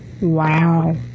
Wow